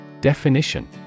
Definition